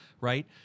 right